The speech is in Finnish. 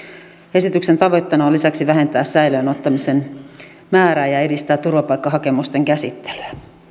esityksen tavoitteena on lisäksi vähentää säilöön ottamisen määrää ja edistää turvapaikkahakemusten käsittelyä